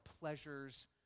pleasures